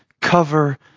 cover